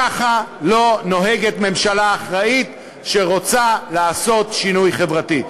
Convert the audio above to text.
ככה לא נוהגת ממשלה אחראית שרוצה לעשות שינוי חברתי.